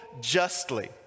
justly